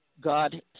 God